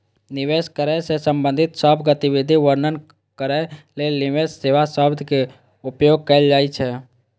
निवेश करै सं संबंधित सब गतिविधि वर्णन करै लेल निवेश सेवा शब्दक उपयोग कैल जाइ छै